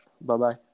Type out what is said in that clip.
Bye-bye